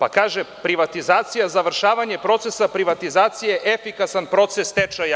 On kaže – privatizacija, završavanje procesa privatizacije, efikasan proces stečaja.